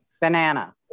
Banana